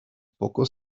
pocos